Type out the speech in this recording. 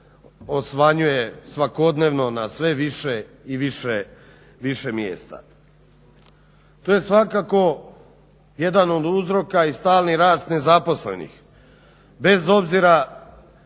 osvanjuje svakodnevno na sve više i više mjesta. To je svakako jedan od uzorka i stalni rast nezaposlenih, bez obzira